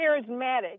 charismatic